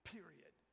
Period